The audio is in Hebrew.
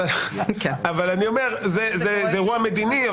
זה אירוע מדיני.